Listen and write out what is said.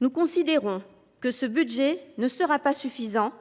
Nous considérons que ce budget sera insuffisant,